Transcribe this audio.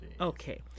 Okay